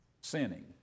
sinning